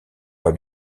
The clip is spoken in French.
pas